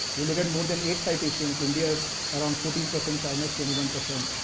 we'll look at more than eight citations, india's around fourteen percent, china's twenty one percent,